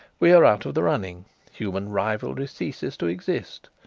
we are out of the running human rivalry ceases to exist.